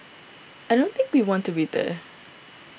I don't think we want to be there